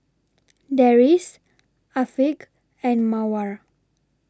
Deris Afiq and Mawar